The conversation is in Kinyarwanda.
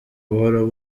buhoro